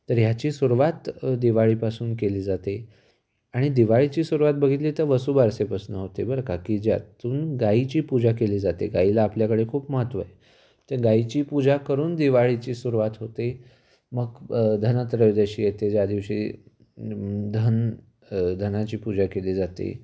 तर ह्याची सुरवात दिवाळीपासून केली जाते आणि दिवाळीची सुरूवात बघितली तर वसूबारसेपासून होते बरं का की ज्यातून गाईची पूजा केली जाते गाईला आपल्याकडे खूप महत्त्व आहे त्या गाईची पूजा करून दिवाळीची सुरवात होते मग धनात्रयोदशी येते ज्या दिवशी धन धनाची पूजा केली जाते